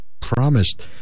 promised